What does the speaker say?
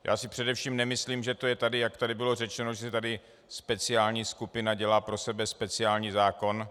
Já si především nemyslím, že jak tady bylo řečeno speciální skupina dělá pro sebe speciální zákon.